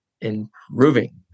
improving